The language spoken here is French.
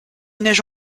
neige